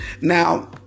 Now